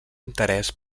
interès